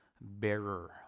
bearer